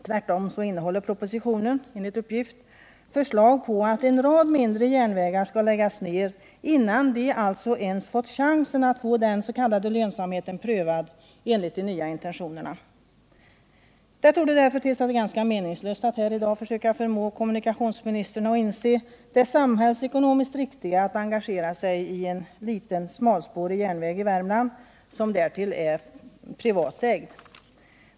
Tvärtom innehåller propositionen enligt uppgift förslag om att en rad mindre järnvägar skall läggas ned innan de alltså ens fått chansen att få den s.k. lönsamheten prövad enligt de nya intentionerna. Det torde därför vara ganska meningslöst att här i dag försöka förmå kommunikationsministern att inse det samhällsekonomiskt riktiga i att engagera sig i en liten smalspårig järnväg i Värmland, som därtill är privatägd.